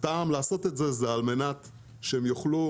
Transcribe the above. הטעם לעשות את זה הוא על מנת שהם יוכלו